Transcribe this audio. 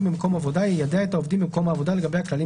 מעסיק במקום עבודה יידע את העובדים במקום העבודה לגבי הכללים